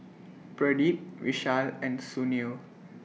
Pradip Vishal and Sunil